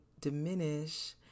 diminish